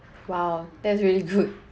!wow! that's really good